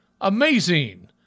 amazing